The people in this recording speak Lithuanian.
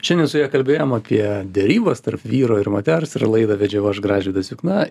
šiandien su ja kalbėjom apie derybas tarp vyro ir moters ir laidą vedžiau aš gražvydas jukna